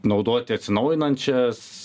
naudoti atsinaujinančias